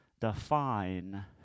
define